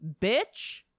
bitch